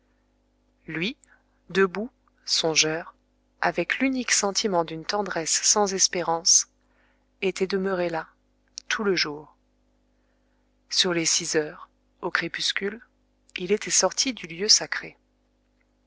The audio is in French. lui debout songeur avec l'unique sentiment d'une tendresse sans espérance était demeuré là tout le jour sur les six heures au crépuscule il était sorti du lieu sacré